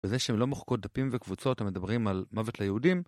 בזה שהם לא מוחקות דפים וקבוצות המדברים על מוות ליהודים.